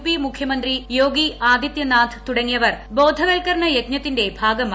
P മുഖ്യമന്ത്രി യോഗി ആദിതൃനാഥ് തുടങ്ങിയവർ ബോധവത്കരണ യജ്ഞത്തിന്റെ ഭാഗമായി